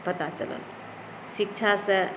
पता चलल शिक्षासँ